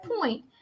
point